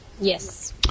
Yes